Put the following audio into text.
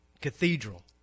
cathedral